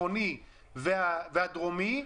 הצפוני והדרומי,